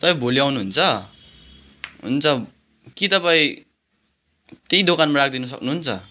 तपाईँ भोलि आउनुहुन्छ हुन्छ कि तपाईँ त्यही दोकानमा राखिदिनु सक्नुहुन्छ